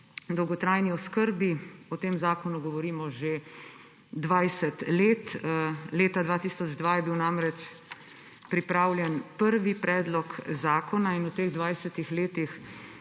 dolgotrajni oskrbi. O tem zakonu govorimo že 20 let. Leta 2002 je bil namreč pripravljen prvi predlog zakona in v teh 20 letih